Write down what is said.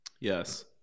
Yes